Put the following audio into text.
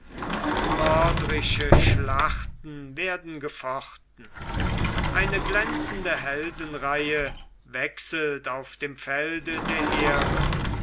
mörderische schlachten werden gefochten eine glänzende heldenreihe wechselt auf dem felde der